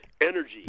Energy